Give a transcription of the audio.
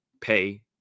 pay